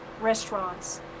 restaurants